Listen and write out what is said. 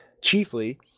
chiefly